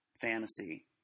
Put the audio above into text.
fantasy